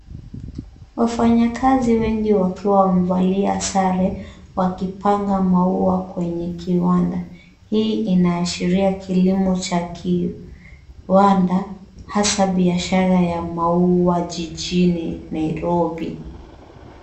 Wafanyakazi wengi wakiwa wamevalia sare wakipanga maua kwenye kiwanda. Hii inaashiria kilimo cha kiwanda hasa biashara ya maua jijini Nairobi.